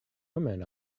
women